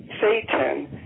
Satan